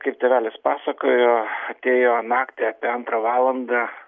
kaip tėvelis pasakojo atėjo naktį apie antrą valandą